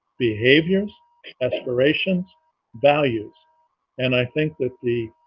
behaviors aspirations values and i think that the